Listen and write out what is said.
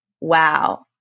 wow